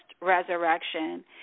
resurrection